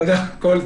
תודה וכול טוב.